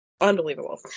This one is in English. Unbelievable